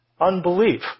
unbelief